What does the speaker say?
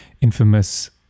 infamous